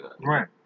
Right